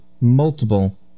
multiple